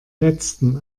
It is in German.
letzten